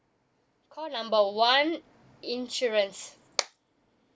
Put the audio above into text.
call number one insurance